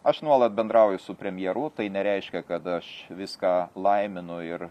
aš nuolat bendrauju su premjeru tai nereiškia kad aš viską laiminu ir